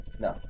No